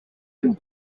een